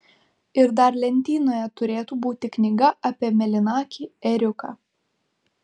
ir dar lentynoje turėtų būti knyga apie mėlynakį ėriuką